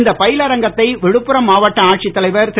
இந்த பயிலரங்கத்தை விழுப்புரம் மாவட்ட ஆட்சி தலைவர் திரு